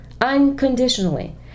unconditionally